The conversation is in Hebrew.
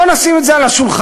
בוא נשים את זה על השולחן,